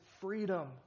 freedom